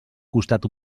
costat